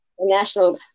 National